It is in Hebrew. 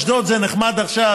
אשדוד זה נחמד עכשיו,